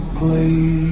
play